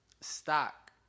stock